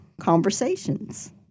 conversations